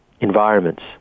environments